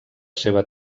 seva